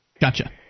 Gotcha